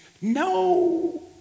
No